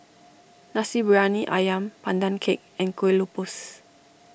Nasi Briyani Ayam Pandan Cake and Kueh Lopes